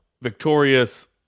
Victorious